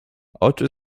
oczy